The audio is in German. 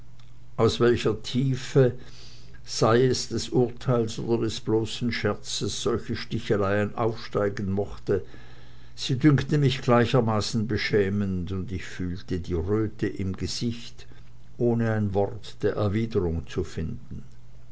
aus welcher tiefe sei es des urteils oder des bloßen scherzes solche stichelei aufsteigen mochte sie dünkte mich gleichermaßen beschämend und ich fühlte die röte im gesicht ohne ein wort der erwiderung zu finden